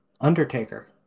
Undertaker